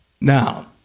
Now